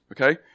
Okay